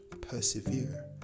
Persevere